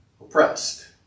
oppressed